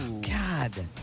God